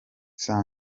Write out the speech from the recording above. saa